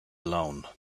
alone